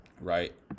right